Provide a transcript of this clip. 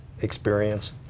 experience